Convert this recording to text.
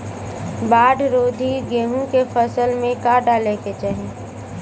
बाढ़ रोधी गेहूँ के फसल में का डाले के चाही?